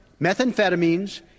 methamphetamines